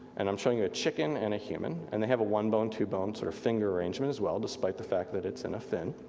and i'm showing you a chicken and a human, and they have a one bone, two bone, sort of finger arrangement as well, despite the fact that it's in a fin,